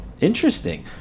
interesting